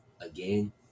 again